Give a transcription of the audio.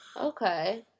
Okay